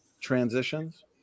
transitions